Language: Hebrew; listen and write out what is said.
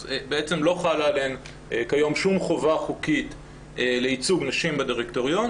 אז בעצם לא חלה עליהן כיום שום חובה חוקית לייצוג נשים בדירקטוריון,